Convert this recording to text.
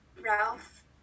ralph